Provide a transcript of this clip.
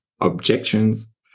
objections